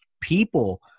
people